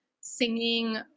singing